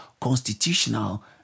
constitutional